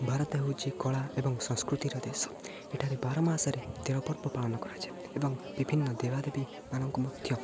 ଭାରତ ହେଉଛି କଳା ଏବଂ ସଂସ୍କୃତିର ଦେଶ ଏଠାରେ ବାର ମାସରେ ତେର ପର୍ବ ପାଳନ କରାଯାଏ ଏବଂ ବିଭିନ୍ନ ଦେବାଦେବୀମାନାନଙ୍କୁ ମଧ୍ୟ